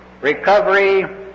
recovery